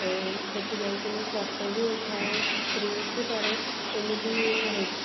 ସେଠି ଯାଇକି ମୁଁ ଫଟୋ ବି ଉଠାଏ ରିଲ୍ସ ବି କରେ ଏମିତି ବହୁତ